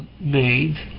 made